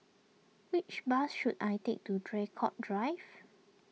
which bus should I take to Draycott Drive